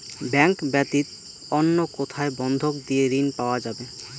Bank ব্যাতীত অন্য কোথায় বন্ধক দিয়ে ঋন পাওয়া যাবে?